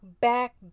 back